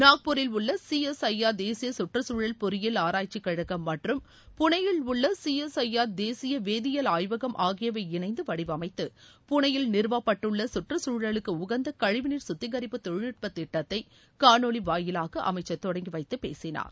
நாக்பூரில் உள்ள சிஎஸ்ஐஆர் தேசிய கற்றுக்தூழல் பொறியியல் ஆராய்ச்சி கழகம் மற்றும் புனேயில் உள்ள சிஎஸ்ஐஆர் தேசிய வேதியியல் ஆய்வகம் ஆகியவை இணைந்து வடிவமைத்து புனேயில் நிறுவப்பட்டுள்ள கற்றுச்தழலுக்கு உகந்த கழிவுநீர் குத்திகரிப்பு தொழில்நுட்ப திட்டத்தை காணொலி வாயிலாக அமைச்சர் தொடங்கி வைத்துப் பேசினார்